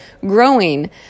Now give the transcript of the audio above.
growing